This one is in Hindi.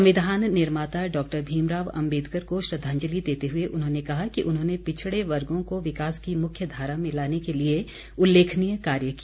संविधान निर्माता डॉक्टर भीमराव अम्बेदकर को श्रद्वांजलि देते हुए उन्होंने कहा कि उन्होंने पिछड़े वर्गों को विकास की मुख्य धारा में लाने के लिए उल्लेखनीय कार्य किया